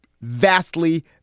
vastly